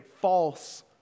false